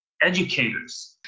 educators